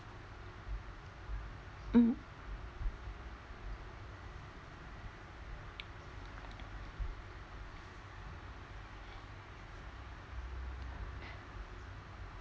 hmm